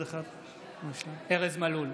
ארז מלול,